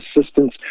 assistance